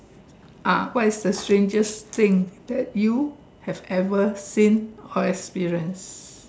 ah what is strangest thing that you have ever seen or experience